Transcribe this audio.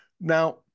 Now